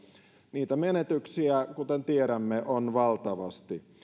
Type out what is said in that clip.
niitä menetyksiä kuten tiedämme on valtavasti